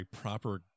proper